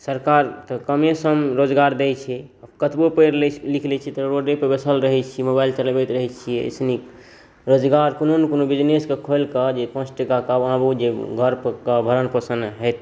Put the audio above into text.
सरकार तऽ कमेसम रोजगार दै छै कतबो पढ़ि लिखि लै छै तऽ रोडेपर बैसल रहै छिए मोबाइल चलबैत रहै छिए एहिसँ नीक रोजगार कोनो ने कोनो बिजनेसके खोलिके जे पाँच टका कमाबू जे घरके भरण पोषण होइ